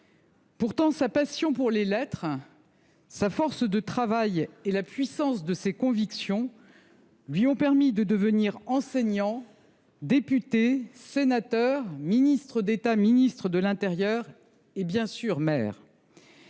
Pourtant, sa passion pour les lettres, sa force de travail et la puissance de ses convictions lui ont permis de devenir enseignant, député, sénateur, ministre d’État, ministre de l’intérieur et, bien sûr, maire.